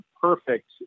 perfect